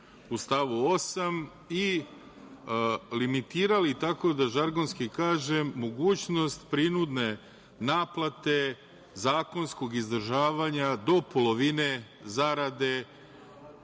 stavu 8. i limitirali, tako da žargonski kažem, mogućnost prinudne naplate zakonskog izdržavanja do polovine zarade